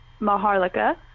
Maharlika